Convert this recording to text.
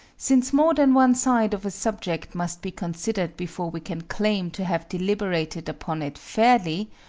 since more than one side of a subject must be considered before we can claim to have deliberated upon it fairly,